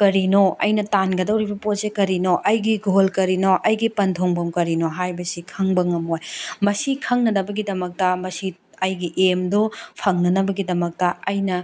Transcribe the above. ꯀꯔꯤꯅꯣ ꯑꯩꯅ ꯇꯥꯟꯒꯗꯧꯔꯤꯕ ꯄꯣꯠꯁꯦ ꯀꯔꯤꯅꯣ ꯑꯩꯒꯤ ꯒꯣꯜ ꯀꯔꯤꯅꯣ ꯑꯩꯒꯤ ꯄꯟꯊꯨꯡꯐꯝ ꯀꯔꯤꯅꯣ ꯍꯥꯏꯕꯁꯤ ꯈꯪꯕ ꯉꯝꯃꯣꯏ ꯃꯁꯤ ꯈꯪꯅꯅꯕꯒꯤꯗꯃꯛꯇ ꯃꯁꯤ ꯑꯩꯒꯤ ꯑꯦꯝꯗꯣ ꯐꯪꯅꯅꯕꯒꯤꯗꯃꯛꯇ ꯑꯩꯅ